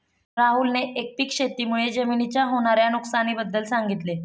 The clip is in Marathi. राहुलने एकपीक शेती मुळे जमिनीच्या होणार्या नुकसानी बद्दल सांगितले